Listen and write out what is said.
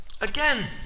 Again